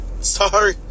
Sorry